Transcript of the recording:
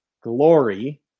glory